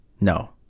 No